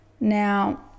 now